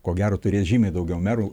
ko gero turės žymiai daugiau merų